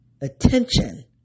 attention